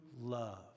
love